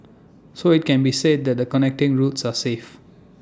so IT can be said that the connecting routes are safe